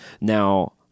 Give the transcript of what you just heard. Now